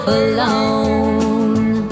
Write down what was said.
alone